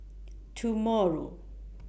tomorrow